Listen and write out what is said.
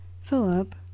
philip